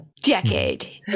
decade